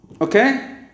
Okay